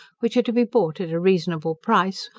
which are to be bought at a reasonable price,